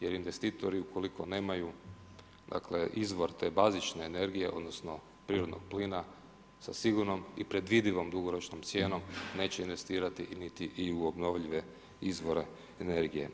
Jer investitori ukoliko nemaju izvor te bazične energije od nosno prirodnog plina, sa sigurnom i predvidivom dugoročnom cijenom, neće investirati i u obnovljive izvore energije.